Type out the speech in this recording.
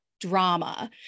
drama